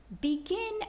begin